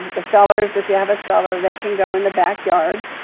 the sellers, if you have a seller, they can go in the backyard.